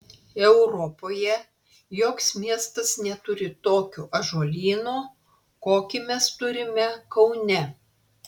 europoje joks miestas neturi tokio ąžuolyno kokį mes turime kaune